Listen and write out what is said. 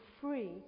free